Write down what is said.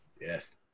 Yes